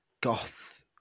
goth